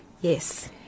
Yes